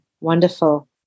wonderful